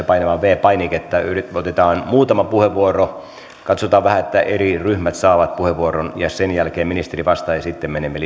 painamaan viides painiketta otetaan muutama puheenvuoro katsotaan vähän että eri ryhmät saavat puheenvuoron ja sen jälkeen ministeri vastaa ja sitten menemme